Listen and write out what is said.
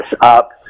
up